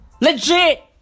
Legit